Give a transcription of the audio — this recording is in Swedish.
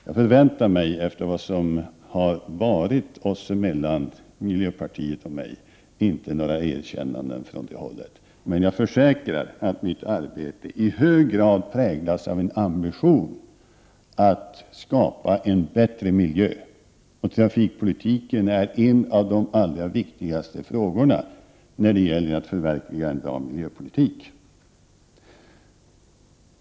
Jag förväntar mig efter vad som har varit mellan miljöpartiet och mig inte några erkännanden från det hållet, men jag försäkrar att mitt arbete i hög grad präglas av en ambition att skapa en bättre miljö. Trafikpolitiken är en av de allra viktigaste frågorna när det gäller att förverkliga en bra miljöpolitik.